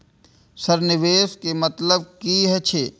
Sir निवेश के मतलब की हे छे?